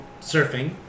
surfing